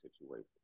situation